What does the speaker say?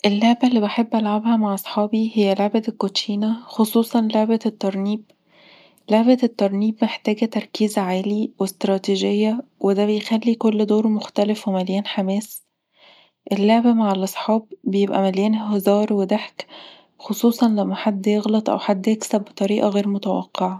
اللعبة اللي بحب ألعبها مع أصحابي هي لعبة الكوتشينة، خصوصًا لعبة "الطرنيب". لعبة الطرنيب محتاجة تركيز عالي، واستراتيجية، وده بيخلي كل دور مختلف ومليان حماس. اللعب مع الأصحاب بيبقى مليان هزار وضحك، خصوصًا لما حد يغلط أو حد يكسب بطريقة غير متوقعة.